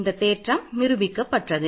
இந்த தேற்றம் நிரூபிக்கப்பட்டது